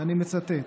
ואני מצטט,